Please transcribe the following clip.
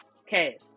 okay